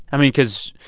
i mean cause,